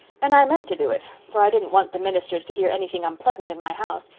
and i meant to do it, for i didn't want the ministers to hear anything unpleasant in my house.